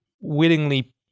willingly